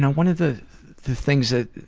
one of the things that